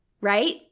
right